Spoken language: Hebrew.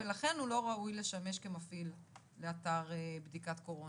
ולכן הוא לא ראוי לשמש כמפעיל לאתר בדיקת קורונה.